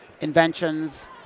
inventions